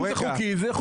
אם זה חוקי, זה חוקי.